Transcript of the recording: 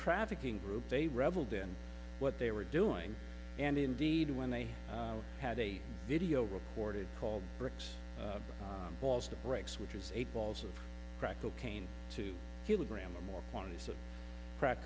trafficking group they reveled in what they were doing and indeed when they had a video recorded called bricks balls to break switches eight balls of crack cocaine two kilograms more quantities of crack